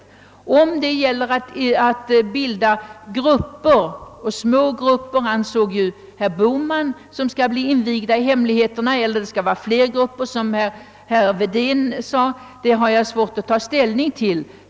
Huruvida det skall bildas speciella grupper — herr Bohman ansåg att en liten grupp skulle invigas i hemligheterna medan herr Wedén tyckte att man skulle ha flera grupper — har jag svårt att ta ställning till.